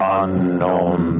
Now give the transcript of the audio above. unknown